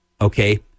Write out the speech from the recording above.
okay